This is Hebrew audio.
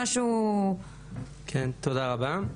תודה רבה.